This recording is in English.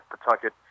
Pawtucket